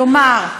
כלומר,